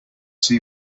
see